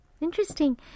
Interesting